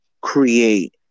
create